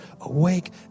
Awake